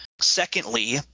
secondly